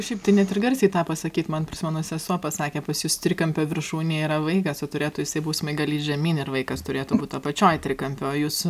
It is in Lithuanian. šiaip tai net ir garsiai tą pasakyt man prisimenu sesuo pasakė pas jus trikampio viršūnėj yra vaikas turėtų jisai būt smaigalys žemyn ir vaikas turėtų būt apačioj trikampio o jūs